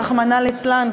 רחמנא ליצלן,